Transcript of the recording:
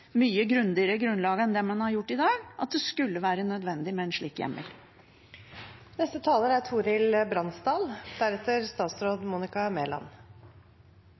mye grundigere grunnlag enn det man har i dag, skulle konkludere med at det skulle være nødvendig med en slik hjemmel.